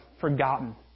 forgotten